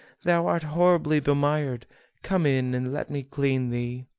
thou art horribly bemired come in and let me clean thee.